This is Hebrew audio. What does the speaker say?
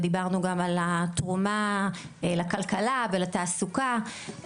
ודיברנו גם על התרומה לכלכלה ולתעסוקה,